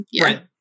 Right